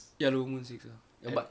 ya lumen six ya but